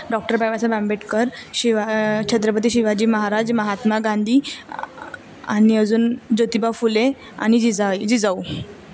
doctor Babasaheb Ambedkar शिवा छत्रपती शिवाजी महाराज महात्मा गांधी आनि अजून ज्योतिबा फुले आनि जिजाई जिजाऊ